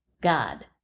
God